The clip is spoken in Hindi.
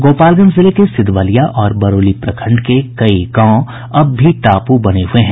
गोपालगंज जिले के सिधवलिया और बरौली प्रखंड के कई गांव अब भी टापू बने हुये हैं